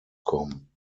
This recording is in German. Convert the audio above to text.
kommen